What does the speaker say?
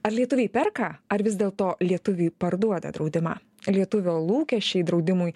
ar lietuviai perka ar vis dėlto lietuviai parduoda draudimą lietuvio lūkesčiai draudimui